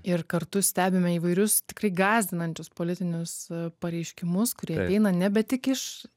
ir kartu stebime įvairius tikrai gąsdinančius politinius pareiškimus kurie ateina nebe tik iš